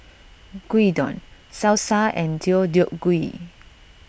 Gyudon Salsa and Deodeok Gui